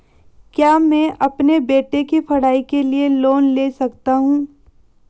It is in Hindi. क्या मैं अपने बेटे की पढ़ाई के लिए लोंन ले सकता हूं?